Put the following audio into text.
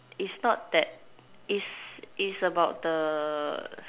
it's not that it's it's about the